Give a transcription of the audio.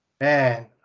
Man